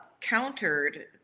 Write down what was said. countered